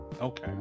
okay